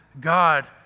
God